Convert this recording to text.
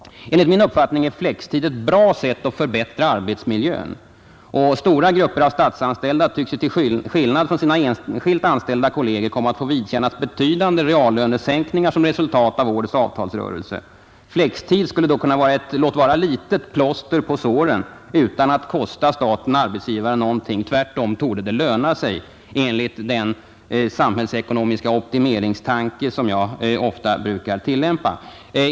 Enligt min uppfattning är flextid ett bra sätt att förbättra arbetsmiljön. Stora grupper av statsanställda tycks ju till skillnad från sina enskilt anställda kolleger komma att få vidkännas betydande reallönesänkningar som resultat av årets avtalsrörelse. Flextid skulle då kunna vara ett, låt vara litet, plåster på såren utan att kosta staten-arbetsgivaren någonting. Tvärtom torde flextid löna sig enligt den samhällsekonomiska optimeringstanke som jag ofta tillämpar.